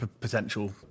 potential